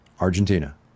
Argentina